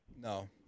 No